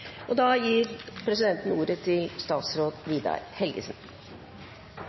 gir da ordet til statsråd Vidar Helgesen.